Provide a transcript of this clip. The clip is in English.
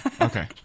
okay